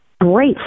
great